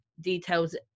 details